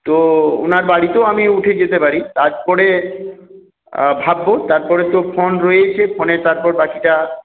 তো ওনার বাড়িতেও আমি উঠে যেতে পারি তারপরে ভাবব তারপরে তো ফোন রয়েছে ফোনে তারপরে বাকিটা